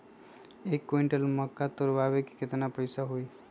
एक क्विंटल मक्का तुरावे के केतना पैसा होई?